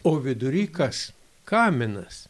o vidury kas kaminas